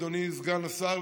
אדוני סגן השר,